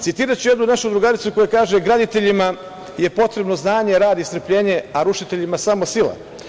Citiraću jednu našu drugaricu koja kaže - graditeljima je potrebno znanje, rad i strpljenje, a rušiteljima samo sila.